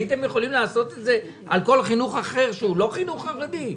הייתם יכולים לעשות את זה כלפי כל חינוך אחר שהוא לא חינוך חרדי?